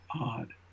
odd